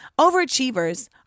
Overachievers